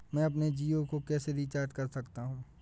मैं अपने जियो को कैसे रिचार्ज कर सकता हूँ?